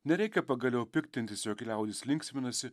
nereikia pagaliau piktintis jog liaudis linksminasi